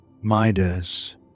Midas